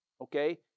okay